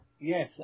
Yes